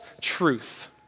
truth